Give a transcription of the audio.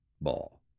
ball